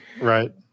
Right